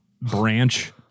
branch